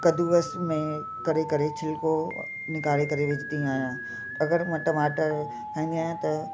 कद्दूकस में करे करे छिलको निकारे करे विझंदी आहियां अगरि मां टमाटर खाईंदी आहियां त